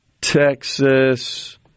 Texas